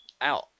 out